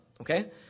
Okay